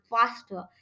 faster